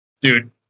dude